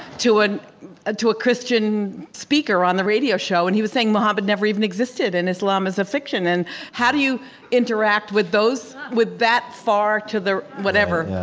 to, ah to a christian speaker on the radio show, and he was saying muhammad never even existed and islam is a fiction. and how do you interact with those with that far to the whatever?